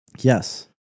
yes